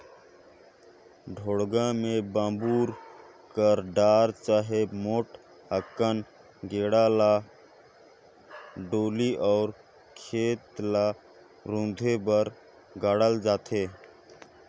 ढोड़गा मे बबूर कर डार चहे मोट अकन गेड़ा ल डोली अउ खेत ल रूधे बर गाड़ल जाथे